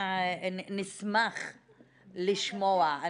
נשמח לשמוע.